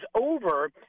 over